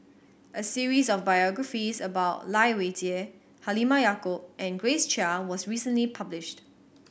a series of biographies about Lai Weijie Halimah Yacob and Grace Chia was recently published